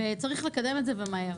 וצריך לקדם את זה, ומהר.